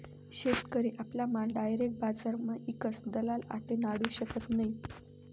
शेतकरी आपला माल डायरेक बजारमा ईकस दलाल आते नाडू शकत नै